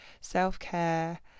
self-care